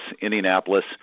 Indianapolis